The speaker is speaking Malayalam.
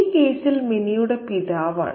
ഈ കേസിൽ മിനിയുടെ പിതാവാണ്